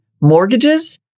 mortgages